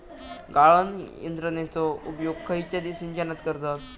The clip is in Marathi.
गाळण यंत्रनेचो उपयोग खयच्या सिंचनात करतत?